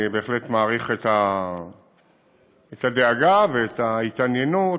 אני בהחלט מעריך את הדאגה ואת ההתעניינות,